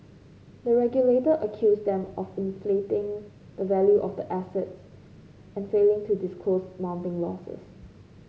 the regulator accused them of inflating the value of the assets and failing to disclose mounting losses